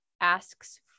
asks